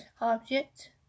object